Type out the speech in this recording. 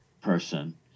person